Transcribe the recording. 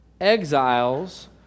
exiles